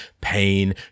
pain